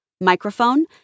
microphone